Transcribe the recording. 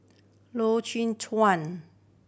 Loy Chye Chuan